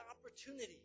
opportunity